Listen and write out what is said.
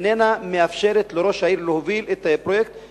אינו מאפשר לראש העיר להוביל את הפרויקט